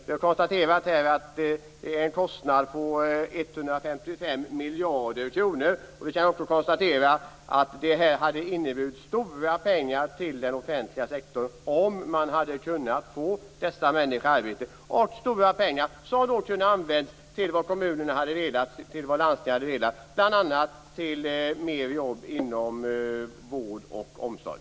Vi har konstaterat att det rör sig om en kostnad på 155 miljarder kronor, och vi kan också konstatera att det hade inneburit stora pengar för den offentliga sektorns del om man hade kunnat få dessa människor i arbete. Dessa pengar hade då kunnat användas av kommuner och landsting, bl.a. till att skapa fler jobb inom vård och omsorg.